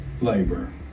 labor